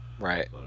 Right